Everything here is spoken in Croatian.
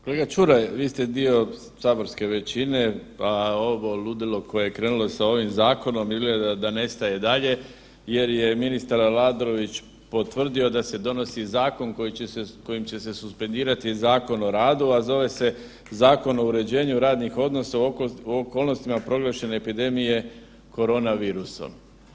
Kolega Čuraj, vi ste dio saborske većine pa ovo ludilo koje je krenulo sa ovim zakonom izgleda da ne staje dalje jer je ministar Aladrović potvrdio da se donosi zakon kojim će se suspendirati Zakon o radu, a zove se Zakon o uređenju radnih odnosa u okolnostima proglašene epidemije korona virusom.